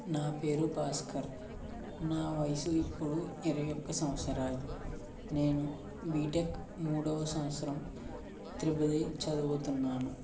నా పేరు భాస్కర్ నా వయసు ఇప్పుడు ఇరవై ఒక్క సంవత్సరాలు నేను బీటెక్ మూడవ సంవత్సరం ట్రిపుల్ ఈ చదువుతున్నాను